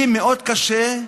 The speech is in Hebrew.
לי מאוד קשה,